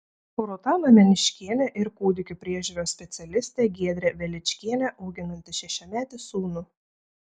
rūta mameniškienė ir kūdikių priežiūros specialistė giedrė veličkienė auginanti šešiametį sūnų